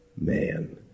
man